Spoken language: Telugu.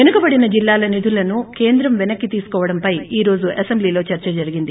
వెనుకబడిన జిల్లాల నిధులను కేంద్రం పెనకిస్తో తీస్తుకోవడంపై ఈ రోజు అసెంబ్లీలో చర్స్ జరిగింది